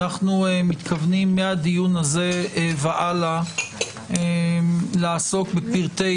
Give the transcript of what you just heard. אנחנו מתכוונים מהדיון הזה והלאה לעסוק בפרטי